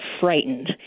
frightened